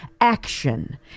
action